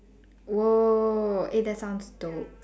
!whoa! eh that sounds a dope